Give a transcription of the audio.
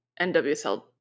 nwsl